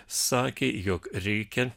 sakė jog reikia